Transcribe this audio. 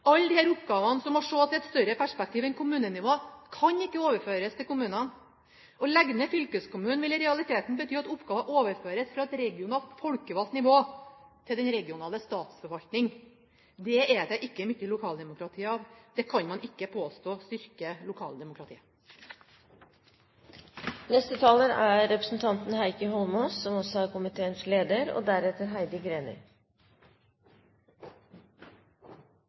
Alle disse oppgavene som må ses i et større perspektiv enn kommunenivå, kan ikke overføres til kommunene. Å legge ned fylkeskommunen vil i realiteten bety at oppgaver vil bli overført fra et regionalt folkevalgt nivå til den regionale statsforvaltning. Det blir det ikke mye lokaldemokrati av. Det kan man ikke påstå styrker lokaldemokratiet. Dette er jo et rituelt forslag som forslagsstillerne ikke kan ha noen illusjoner om å få gjennom i denne salen, fordi det er